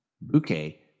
Bouquet